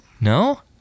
no